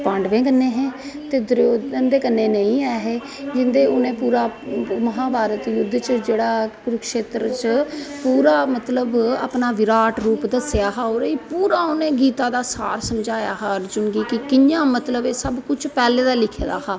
पांडवें कन्नै हे ते दुर्योधन हुंदे कन्नै नेईं हे जिंदे उनें पूरा महाभारत युद्ध च जेहड़ा करुक्षैत्र च पूरा मतलब अपना बिराट रुप दस्सेआ हा ओहदे च पूरा उनें गीता दा सार समझाया हा अर्जुन गी के कियां मतलब एह सब कुछ पैहलें दा लिक्खे दा हा